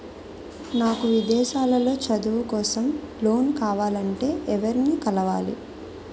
నాకు విదేశాలలో చదువు కోసం లోన్ కావాలంటే ఎవరిని కలవాలి?